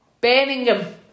Birmingham